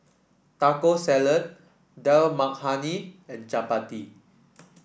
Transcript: Taco Salad Dal Makhani and Chapati